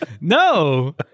No